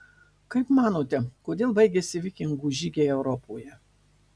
kaip manote kodėl baigėsi vikingų žygiai europoje